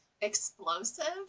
explosive